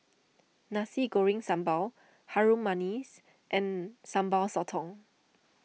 Nasi Goreng Sambal Harum Manis and Sambal Sotong